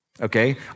Okay